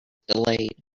delayed